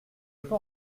peux